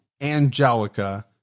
Angelica